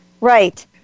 right